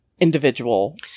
individual